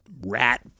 rat